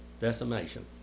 decimation